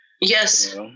Yes